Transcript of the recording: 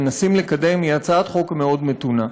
מנסים לקדם היא הצעת חוק מאוד מתונה.